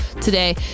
today